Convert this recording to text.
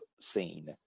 scene